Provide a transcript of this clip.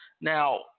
Now